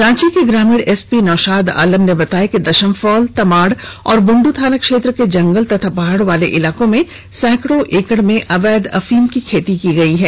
रांची के ग्रामीण एसपी नौशाद आलम ने बताया कि दशम फॉल तमाड़ और बुंडू थाना क्षेत्र के जंगल और पहाड़ वाले इलाकों में सैकड़ों एकड़ में अवैध अफीम की खेती की गयी है